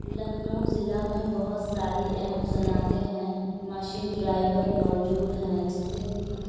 لکھنؤ ضلع میں بہت ساری اہم صنعتیں ہیں معاشی ڈرائیور موجود ہیں جسے کہ